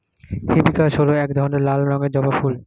hibiscus হল এক ধরনের লাল রঙের জবা ফুল